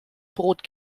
brot